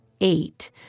eight